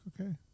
okay